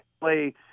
play